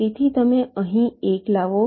તેથી તમે અહીં 1 લાવો